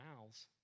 mouths